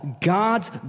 God's